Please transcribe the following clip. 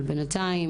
אבל בינתיים